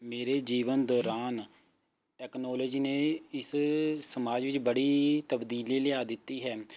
ਮੇਰੇ ਜੀਵਨ ਦੌਰਾਨ ਟੈਕਨੋਲੋਜੀ ਨੇ ਇਸ ਸਮਾਜ ਵਿੱਚ ਬੜੀ ਤਬਦੀਲੀ ਲਿਆ ਦਿੱਤੀ ਹੈ